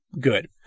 Good